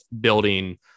building